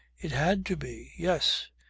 it had to be. yes.